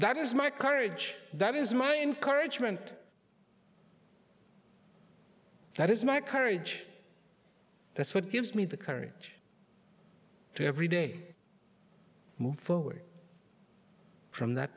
that is my courage that is my encouragement that is my courage that's what gives me the courage to every day move forward from that